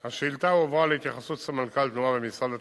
השאילתא הועברה להתייחסות סמנכ"ל תנועה במשרד התחבורה,